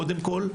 קודם כל.